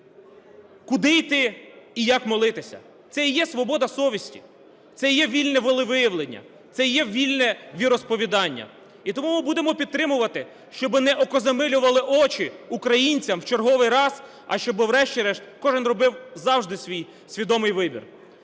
куди йти і як молитися. Це і є свобода совісті. Це і є вільне волевиявлення. Це і є вільне віросповідання. І тому ми будемо підтримувати, щоби не окозамилювали очі українцям в черговий раз, а щоби врешті-решт кожен робив завжди свій свідомий вибір.